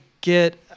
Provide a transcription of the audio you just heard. get